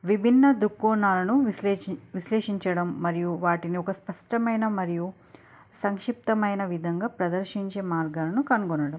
విభిన్న దృక్కొణాలను విశ్లేషి విశ్లేషించడం మరియు వాటిని ఒక స్పష్టమైన మరియు సంక్షిప్తమైన విధంగా ప్రదర్శించే మార్గాలను కనుగొనడం